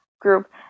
group